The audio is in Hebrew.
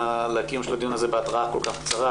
לקיום של הדיון הזה בהתראה כל כך קצרה,